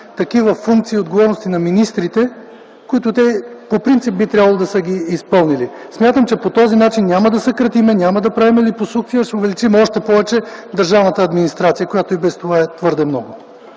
такива функции и отговорности на министрите, които те по принцип би трябвало да са изпълнили. Смятам, че по този начин няма да съкратим администрацията, няма да правим липосукция, а ще увеличим още повече държавната администрация, която и без това е твърде много.